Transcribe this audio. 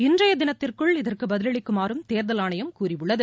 இன்றைய தினத்திற்குள் இதற்கு பதிலளிக்குமாறும் தேர்தல் ஆணையம் கூறியுள்ளது